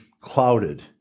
clouded